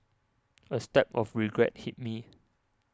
a stab of regret hit me